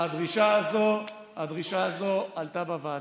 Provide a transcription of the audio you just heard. הדרישה הזאת עלתה בוועדה,